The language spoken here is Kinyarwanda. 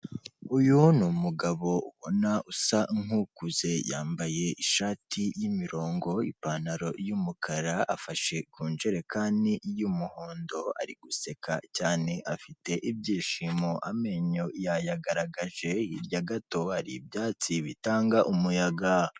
Uyu ni umugabo ubona usa nk'ukuze yambaye ishati y'imirongo, ipantaro y'umukara, afashe ku njerekani y'umuhondo ari guseka cyane afite ibyishimo amenyo yayagaragaje, hirya gato hari ibyatsi bitanga umuyaga.